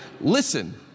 listen